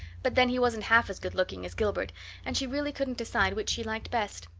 but then he wasn't half as good-looking as gilbert and she really couldn't decide which she liked best!